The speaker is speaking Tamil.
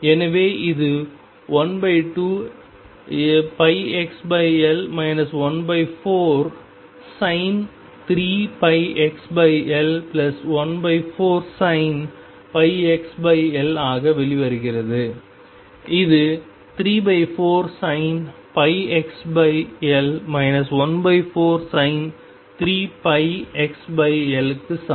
எனவே இது 12sin πxL 14sin 3πxL 14sin πxL ஆக வெளிவருகிறது இது 34sin πxL 14sin 3πxL க்கு சமம்